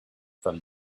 from